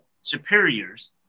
superiors